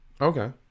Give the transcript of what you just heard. Okay